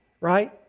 right